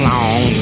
Long